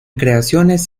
creaciones